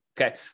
okay